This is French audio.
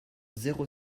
zéro